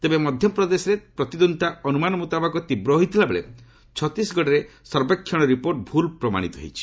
ତେବେ ମଧ୍ୟପ୍ରଦେଶରେ ପ୍ରତିଦ୍ୱନ୍ଦିତା ଅନୁମାନ ମୁତାବକ ତୀବ୍ର ହୋଇଥିବା ବେଳେ ଛତିଶଗଡ଼ରେ ସର୍ଭେକ୍ଷଣ ରିପୋର୍ଟ ଭୁଲ୍ ପ୍ରମାଶିତ ହୋଇଛି